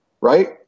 right